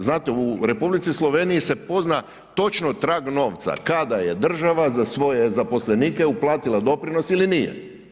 Znate, u Republici Sloveniji se pozna točno trag novca kada je država za svoje zaposlenike uplatila doprinos ili nije.